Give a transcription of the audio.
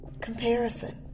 comparison